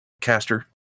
Caster